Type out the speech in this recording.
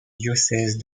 diocèses